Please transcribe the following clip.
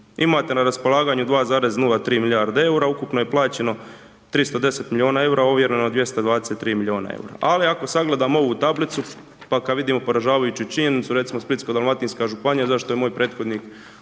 Imate na raspolaganju 2,03 milijarde eura, ukupno je plaćeno 310 milijuna eura, ovjereno je 223 milijuna eura. Ali, ako sagledamo ovu tablicu, pa kad vidimo poražavajuću činjenicu, recimo, Splitsko-dalmatinska županija, zato što je moj prethodnik